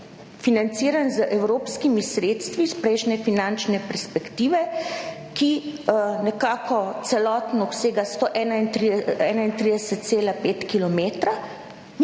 financiran z evropskimi sredstvi iz prejšnje finančne perspektive, ki nekako celoten obsega 131, 131,5